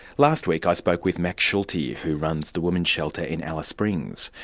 last week i spoke with maxine shulte who yeah who runs the women's shelter in alice springs.